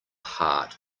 heart